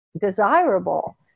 desirable